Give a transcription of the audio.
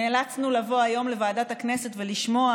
נאלצנו לבוא היום לוועדת הכנסת ולשמוע